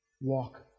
Walk